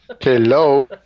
Hello